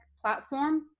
platform